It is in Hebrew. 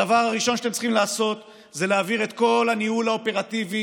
הדבר הראשון שאתם צריכים לעשות זה להעביר את כל הניהול האופרטיבי